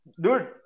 dude